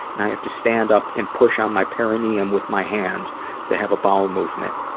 and i have to stand up and push on my perineum with my hands to have a bowel movement.